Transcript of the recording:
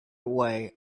away